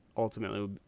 Ultimately